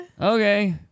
Okay